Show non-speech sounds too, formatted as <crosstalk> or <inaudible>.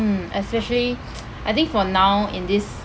mm especially <noise> I think for now in this